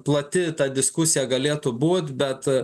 plati ta diskusija galėtų būt bet